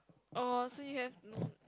oh so you have